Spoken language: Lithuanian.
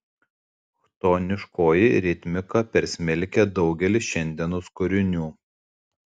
chtoniškoji ritmika persmelkia daugelį šiandienos kūrinių